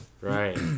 Right